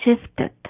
shifted